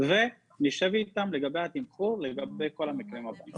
ונשב איתם לגבי התמחור לגבי כל המקרים הבאים.